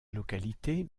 localité